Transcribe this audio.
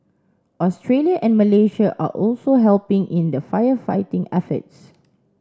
Australia and Malaysia are also helping in the firefighting efforts